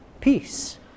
peace